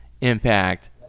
Impact